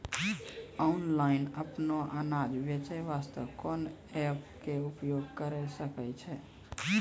Online अपनो अनाज बेचे वास्ते कोंन एप्प के उपयोग करें सकय छियै?